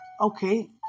Okay